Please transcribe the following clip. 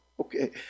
okay